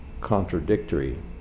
contradictory